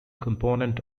component